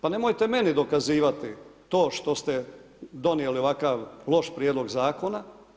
Pa nemojte meni dokazivati to što ste donijeli ovakav loš prijedlog zakona.